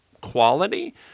quality